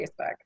Facebook